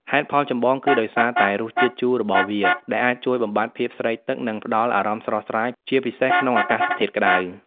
ហេតុផលចម្បង គឺដោយសារតែ រសជាតិជូរ របស់វា ដែលអាចជួយបំបាត់ភាពស្រេកទឹក និងផ្តល់អារម្មណ៍ស្រស់ស្រាយ ជាពិសេសក្នុងអាកាសធាតុក្តៅ។